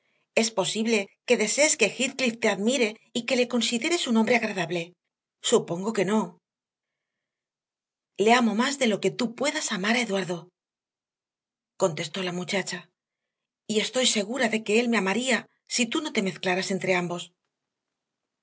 es posible que desees que heathcliff te admire y que le consideres un hombre agradable supongo que no le amo más de lo que tú puedas amar a eduardo contestó la muchacha y estoy segura de que él me amaría si tú no te mezclaras entre ambos